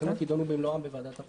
שהתקנות יידונו במלואן בוועדת החוקה.